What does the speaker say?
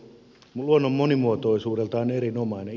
se on luonnon monimuotoisuudeltaan erinomainen